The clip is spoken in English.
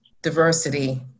diversity